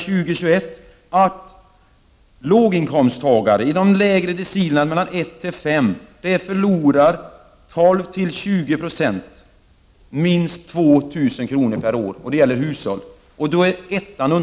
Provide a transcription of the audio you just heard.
17 sägs att av låginkomsttagarna i de lägre decilerna, 1-5, förlorar 12-20 90 minst 2 000 kr. per hushåll och år.